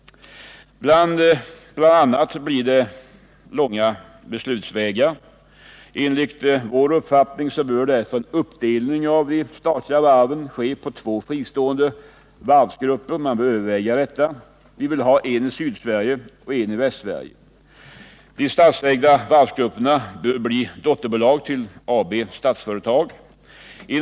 Bl.a. blir beslutsvägarna långa. Enligt vår uppfattning bör därför en uppdelning av de statliga varven på två fristående varvsgrupper övervägas — en i Sydsverige och en i Västsverige. De statsägda varvsgrupperna bör bli dotterbolag till Statsföretag AB.